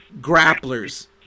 grapplers